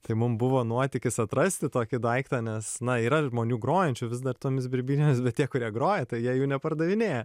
tai mum buvo nuotykis atrasti tokį daiktą nes na yra žmonių grojančių vis dar tomis birbynėmis bet tie kurie groja tai jie jų nepardavinėja